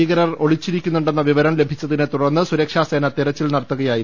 ഭീകരർ ഒളിച്ചിരിക്കുന്നുണ്ടെന്ന വിവരം ലഭിച്ചതിനെ തുടർന്ന് സുരക്ഷാസേന തെരച്ചിൽ നടത്തുകയായിരുന്നു